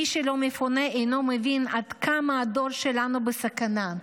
מי שלא מפונה לא מבין עד כמה הדור שלנו בסכנה,